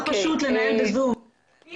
אני